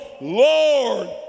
Lord